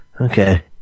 Okay